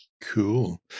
Cool